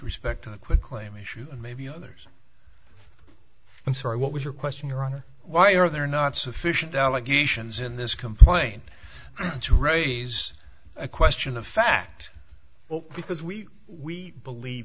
respect to the quick claim issue and maybe others i'm sorry what was your question your honor why are there not sufficient allegations in this complaint to raise a question of fact well because we we believe